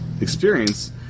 experience